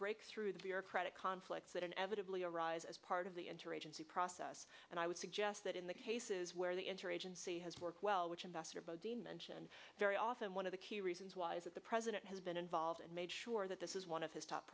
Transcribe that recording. break through the bureaucratic conflicts that inevitably arise as part of the interagency process and i would suggest that in the cases where the interagency has worked well which investor but didn't mention very often one of the key reasons was that the president has been involved and made sure that this is one of his top